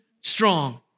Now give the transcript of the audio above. strong